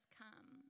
come